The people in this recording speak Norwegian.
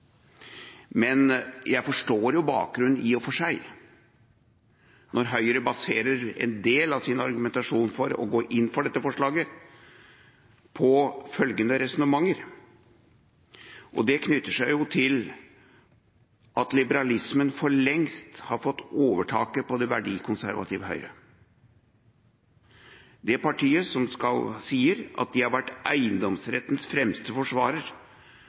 Men jeg forstår bakgrunnen i og for seg når Høyre baserer en del av sin argumentasjon for å gå inn for dette forslaget, på resonnementer som knytter seg til at liberalismen for lengst har fått overtaket på det verdikonservative Høyre, det partiet som sier at de har vært eiendomsrettens fremste forsvarer,